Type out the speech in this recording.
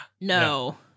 No